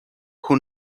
who